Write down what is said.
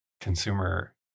consumer